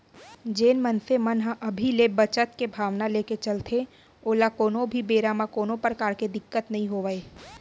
जेन मनसे मन ह अभी ले बचत के भावना लेके चलथे ओला कोनो भी बेरा म कोनो परकार के दिक्कत नइ होवय